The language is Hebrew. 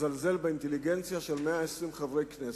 לזלזל באינטליגנציה של 120 חברי כנסת,